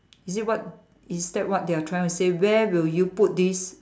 is it what is that what they are trying to say where would you put this